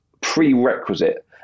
prerequisite